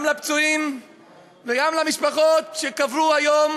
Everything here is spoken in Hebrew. גם לפצועים וגם למשפחות שקברו היום